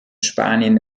spanien